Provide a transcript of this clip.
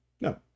No